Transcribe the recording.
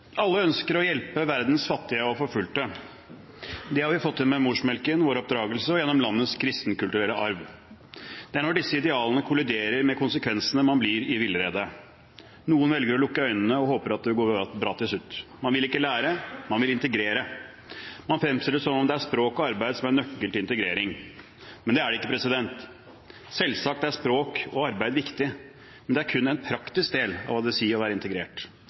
Alle ønsker å hjelpe verdens fattige og forfulgte. Det har vi fått inn med morsmelken, vår oppdragelse og gjennom landets kristen-kulturelle arv. Det er når disse idealene kolliderer med konsekvensene, at man blir i villrede. Noen velger å lukke øynene og håper at det går bra til slutt. Man vil ikke lære – man vil integrere. Man fremstiller det som om det er språk og arbeid som er nøkkelen til integrering, men det er det ikke. Selvsagt er språk og arbeid viktig, men det er kun en praktisk del av hva det vil si å være integrert.